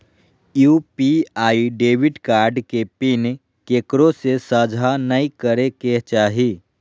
UPI debit card के PIN केकरो से साझा नइ करे के चाही